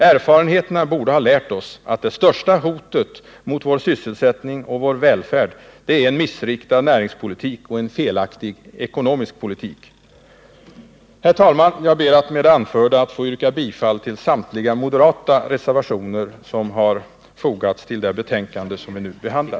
Erfarenheterna borde ha lärt oss att det största hotet mot vår sysselsättning och vår välfärd är en missriktad näringspolitik och en felaktig ekonomisk politik. Herr talman! Jag ber att med det anförda få yrka bifall till samtliga moderata reservationer som fogats till det betänkande som vi nu behandlar.